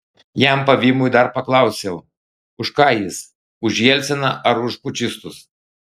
jam pavymui dar paklausiau už ką jis už jelciną ar už pučistus